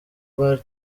bar